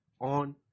on